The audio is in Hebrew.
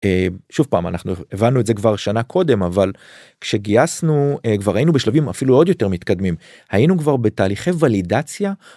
שוב פעם, אנחנו הבנו את זה כבר שנה קודם, אבל כשגייסנו כבר היינו בשלבים אפילו עוד יותר מתקדמים, היינו כבר בתהליכי ולידציה